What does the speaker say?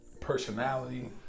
Personality